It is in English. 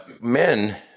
men